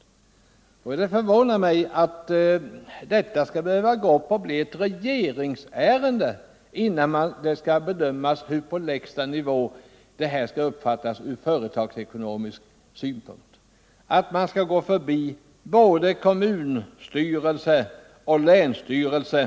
ks Det förvånar mig att detta skall behöva bli ett regeringsärende innan Ang. nedläggningen det skall bedömas på lägsta nivå från företagsekonomisk synpunkt —- att — av olönsam man skall gå förbi både kommunstyrelse och länsstyrelse.